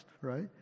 right